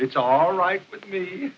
it's all right with me